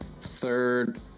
third